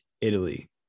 Italy